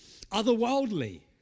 otherworldly